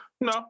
No